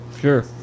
sure